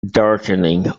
darkening